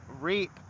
reap